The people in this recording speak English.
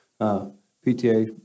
PTA